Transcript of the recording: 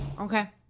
Okay